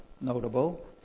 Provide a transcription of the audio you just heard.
notable